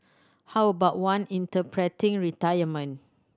how about one interpreting retirement